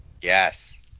yes